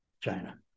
China